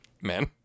man